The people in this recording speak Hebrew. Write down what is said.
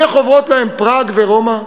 הנה חוברות להן פראג ורומא,